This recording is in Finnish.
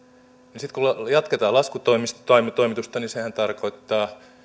niin sitten kun jatketaan laskutoimitusta sehän tarkoittaa